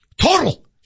Total